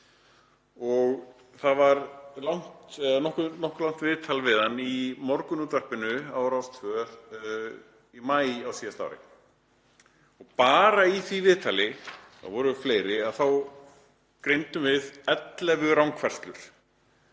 Það var nokkuð langt viðtal við hann í morgunútvarpinu á Rás 2 í maí á síðasta ári. Bara í því viðtali, þau voru fleiri, greindum við 11 rangfærslur,